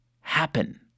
happen